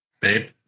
babe